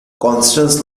constance